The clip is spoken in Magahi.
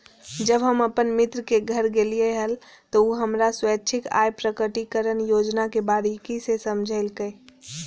जब हम अपन मित्र के घर गेलिये हल, त उ हमरा स्वैच्छिक आय प्रकटिकरण योजना के बारीकि से समझयलकय